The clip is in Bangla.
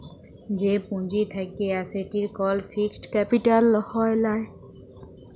যে পুঁজি থাক্যে আর সেটির কল ফিক্সড ক্যাপিটা হ্যয় লায়